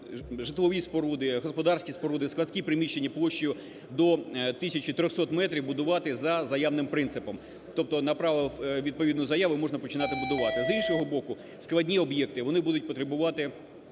житлові споруди, господарські споруди, складські приміщення площею до тисячу 300 метрів будувати за заявним принципом, тобто направив відповідну заяву – можна починати будувати. З іншого боку, складні об'єкти вони будуть потребувати